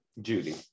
Judy